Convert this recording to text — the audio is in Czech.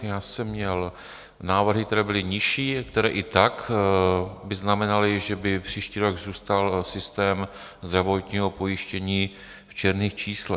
Já jsem měl návrhy, které byly nižší a které i tak by znamenaly, že by příští rok zůstal systém zdravotního pojištění v černých číslech.